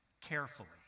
carefully